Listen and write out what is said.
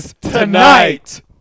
tonight